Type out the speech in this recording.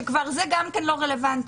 שזה כבר לא רלוונטי.